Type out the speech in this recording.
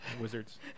wizards